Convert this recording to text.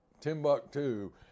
Timbuktu